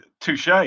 touche